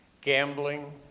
gambling